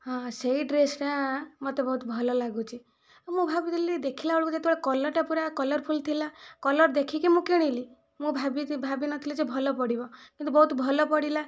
ହଁ ସେହି ଡ୍ରେସଟା ମୋତେ ବହୁତ ଭଲ ଲାଗୁଛି ମୁଁ ଭାବୁଥିଲି ଦେଖିଲାବେଳକୁ ଯେତେବେଳକୁ କଲରଟା ପୁରା କଲରଫୁଲ ଥିଲା କଲର ଦେଖିକି ମୁଁ କିଣିଲି ମୁଁ ଭାବି ଭାବିନଥିଲି ଯେ ଭଲ ପଡ଼ିବ କିନ୍ତୁ ବହୁତ ଭଲ ପଡ଼ିଲା